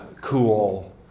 cool